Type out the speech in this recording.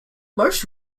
most